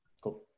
Cool